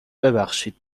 ببخشید